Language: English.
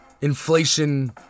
inflation